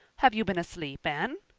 have you been asleep, anne?